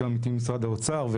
שמעתי את משרד האוצר.